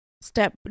step